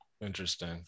Interesting